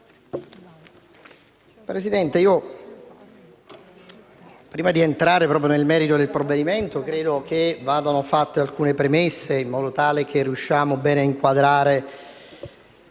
Presidente, prima di entrare nel merito del provvedimento, credo che vadano fatte alcune premesse per riuscire a inquadrare